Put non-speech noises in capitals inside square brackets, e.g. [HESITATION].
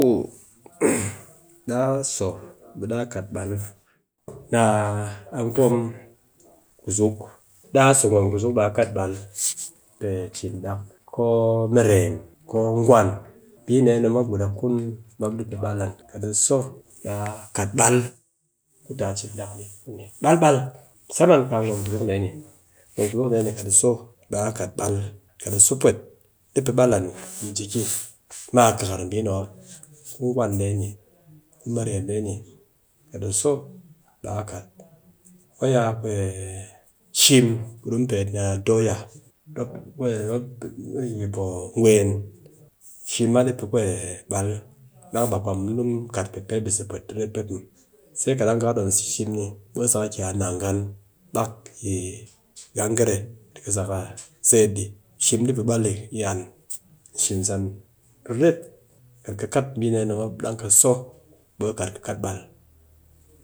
Ku [NOISE] daa so ɓe daa kat ɓal, baa gwom kuzuk, daa so gwom kuzuk ɓaa kat ɓal pe cin dak, ko mɨrem, ko gwan, mbi dee mop guda kun mop di pe ɓal an. Kat a so ɓe a kat ku ɓal ku taa cin ɗak di ɓal ɓal musaman kaa gwan ku kuzuk dee ni. Gwom kuzuk dee ni kat a so ɓe a kat bal. Kat a so pwet ɗi pe ɓal an yi jiki ma kakar mbi ni mop. Ku gwan dee ni, ku mɨrem dee ni, kat a so baa kat ɓal ko ya [HESITATION] shim ku di mu pet ni a doya [UNINTELLIGIBLE] poo guwen, shim ma di pe bal, ɗang baa kwa mu di mu kat peh bise riret muw, sai kat dang nga ki dom so shim ni, ɓe ka a sa ka ki a nagan, bak yi gangare, sa ka seet ni, shim di pe ɓal an shimsan riret, kat ka kat mbi dee ni mop dang ka so ɓe ka kat kɨ kat ɓal.